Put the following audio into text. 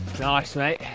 nice, mate.